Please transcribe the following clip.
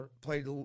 played